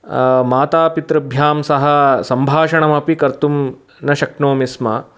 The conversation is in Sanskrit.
मातापितृभ्यां सह सम्भाषणमपि कर्तुं न शक्नोमि स्म